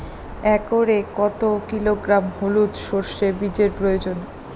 একরে কত কিলোগ্রাম হলুদ সরষে বীজের প্রয়োজন?